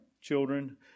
children